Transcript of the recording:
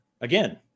again